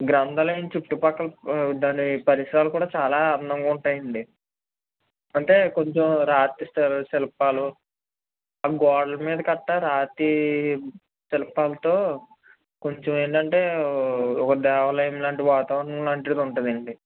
గ్రంధాలయం చుట్టుపక్కల దాని పరిసరాలు కూడా చాలా అందంగా ఉంటాయండి అంటే కొంచెం రాతి శిల్ శిల్పాలు ఆ గోడల మీద కట్ట రాతి శిల్పాలతో కొంచెం ఏంటంటే ఒక దేవాలయం లాంటి వాతావరణం లాంటిది ఉంటుంది అండి